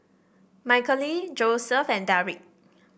Michaele Joseph and Darrick